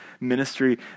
ministry